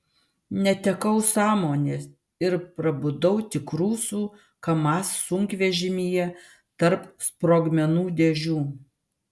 netekau sąmonės ir prabudau tik rusų kamaz sunkvežimyje tarp sprogmenų dėžių